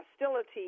hostility